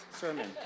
sermon